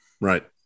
Right